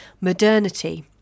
modernity